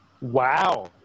Wow